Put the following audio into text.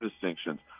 distinctions